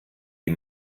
die